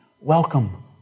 welcome